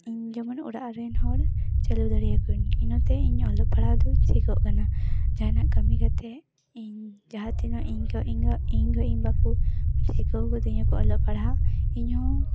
ᱤᱧ ᱡᱮᱢᱚᱱ ᱚᱲᱟᱜ ᱨᱮᱱ ᱦᱚᱲ ᱪᱟᱞᱟᱣ ᱫᱟᱲᱮᱭᱟᱠᱚᱣᱟᱹᱧ ᱤᱱᱟᱹᱛᱮ ᱤᱧ ᱚᱞᱚᱜ ᱯᱟᱲᱦᱟᱣ ᱫᱚᱧ ᱪᱮᱫᱠᱚᱜ ᱠᱟᱱᱟ ᱡᱟᱦᱟᱱᱟᱜ ᱠᱟᱹᱢᱤ ᱠᱟᱛᱮᱫ ᱤᱧ ᱡᱟᱦᱟᱸ ᱛᱤᱱᱟᱹᱜ ᱤᱧ ᱠᱷᱚᱱ ᱤᱧ ᱜᱚ ᱤᱧ ᱵᱟᱠᱚ ᱥᱤᱠᱟᱹᱣ ᱠᱟᱫᱤᱧᱟᱠᱚ ᱚᱞᱚᱜ ᱯᱟᱲᱦᱟᱣ ᱤᱧ ᱦᱚᱸ